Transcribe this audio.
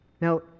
Now